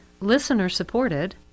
listener-supported